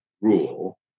rule